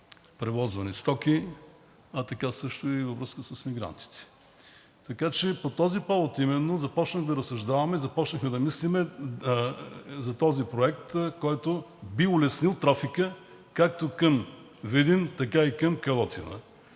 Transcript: превозвани стоки, а и във връзка с мигрантите. По този повод именно започнахме да разсъждаваме, започнахме да мислим за този проект, който би улеснил трафика както към Видин, така и към Калотина.